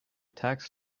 tax